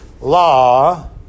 law